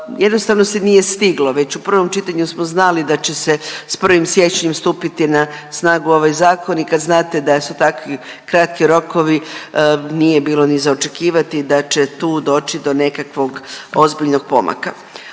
jednostavno se nije stiglo. Već u prvom čitanju smo znali da će se s 1. siječnjom stupiti na snagu ovaj zakon i kad znate da su takvi kratki rokovi nije bilo ni za očekivati da će tu doći do nekakvog ozbiljnog pomaka.